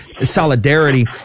solidarity